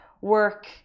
work